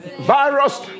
virus